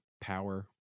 power